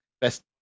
Best